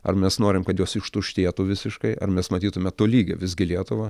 ar mes norim kad jos ištuštėtų visiškai ar mes matytume tolygią visgi lietuvą